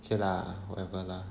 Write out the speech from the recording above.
chill lah whatever lah